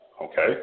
Okay